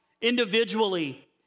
individually